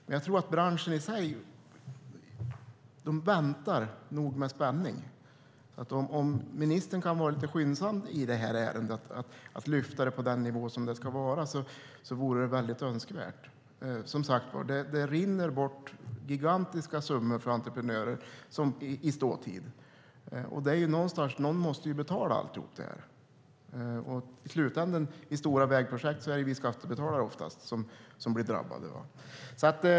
Men jag tror att branschen nog väntar med spänning, så det vore väldigt önskvärt om ministern kunde vara lite skyndsam med att lyfta ärendet på rätt nivå. Som sagt: Det rinner bort gigantiska summor för entreprenörer i ståtid, och någon måste ju betala alltihop. När det gäller stora vägprojekt är det i slutänden oftast vi skattebetalare som blir drabbade.